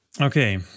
Okay